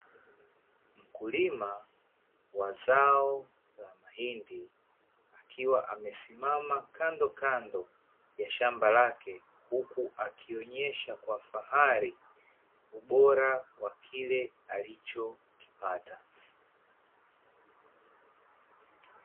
Mkulima wa zao la mahindi akiwa amesimama kandokando ya shamba lake, huku akionyesha kwa fahari ubora wa kile alichokipata.